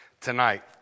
tonight